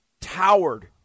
towered